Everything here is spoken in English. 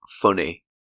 Funny